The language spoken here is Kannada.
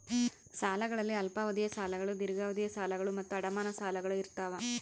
ಸಾಲಗಳಲ್ಲಿ ಅಲ್ಪಾವಧಿಯ ಸಾಲಗಳು ದೀರ್ಘಾವಧಿಯ ಸಾಲಗಳು ಮತ್ತು ಅಡಮಾನ ಸಾಲಗಳು ಇರ್ತಾವ